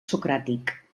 socràtic